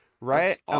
Right